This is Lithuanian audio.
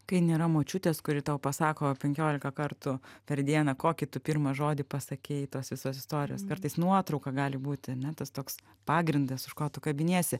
kai nėra močiutės kuri tau pasako penkiolika kartų per dieną kokį tu pirmą žodį pasakei tos visos istorijos kartais nuotrauka gali būti ane tas toks pagrindas už ko tu kabiniesi